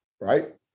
right